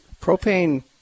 Propane